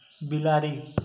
बिलाड़ि